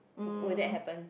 wou~ would that happen